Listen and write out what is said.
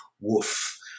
woof